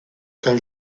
quand